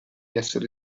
essere